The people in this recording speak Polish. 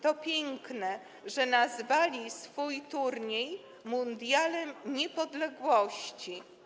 To piękne, że nazwali swój turniej Mundialem Niepodległości.